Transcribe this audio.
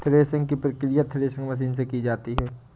threshing की प्रकिया threshing machine से की जाती है